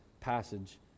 passage